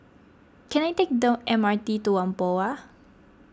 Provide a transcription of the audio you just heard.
can I take the M R T to Whampoa